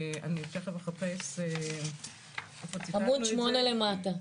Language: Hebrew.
אני אחפש --- עמוד 8 למטה.